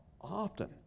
often